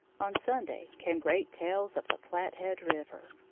on sunday came great tales of the flathead river.